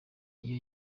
iyo